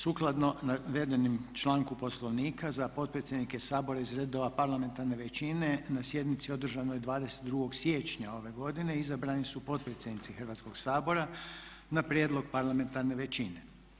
Sukladno navedenom članku Poslovnika za potpredsjednike Sabora iz redova parlamentarne većine na sjednici održanoj 22. siječnja ove godine izabrani su potpredsjednici Hrvatskoga sabora na prijedlog parlamentarne većine.